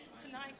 Tonight